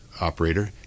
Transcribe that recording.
operator